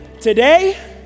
today